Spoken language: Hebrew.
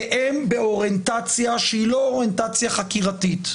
כי הם באוריינטציה שהיא לא אוריינטציה חקירתית.